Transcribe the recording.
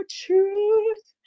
truth